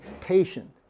patient